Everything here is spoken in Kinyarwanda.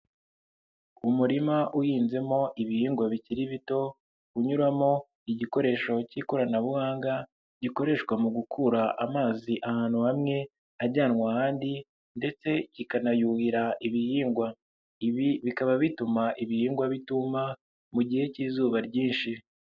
Umurima uhinzemo ibihingwa bikiri bito unyuramo igikoresho cy'ikoranabuhanga gikoreshwa mu gukura amazi ahantu hamwe ajyanwa, ahandi ndetse kikanayuhira ibihingwa ibi bikaba bituma ibihingwa bituma mu gihe cy'izuba ryinshi.